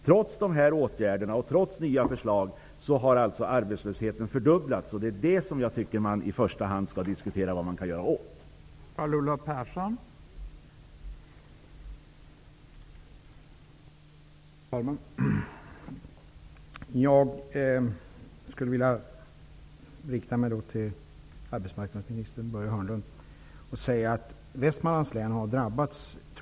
Trots dessa åtgärder och nya förslag har arbetslösheten fördubblats. Jag tycker att man i första hand skall diskutera vad man kan göra åt det.